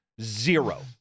zero